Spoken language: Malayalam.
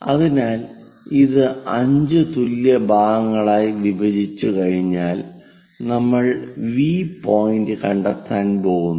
അതിനാൽ ഇത് 5 തുല്യ ഭാഗങ്ങളായി വിഭജിച്ചുകഴിഞ്ഞാൽ നമ്മൾ V പോയിന്റ് കണ്ടെത്താൻ പോകുന്നു